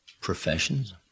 professions